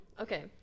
okay